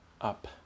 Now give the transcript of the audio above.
up